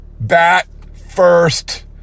bat-first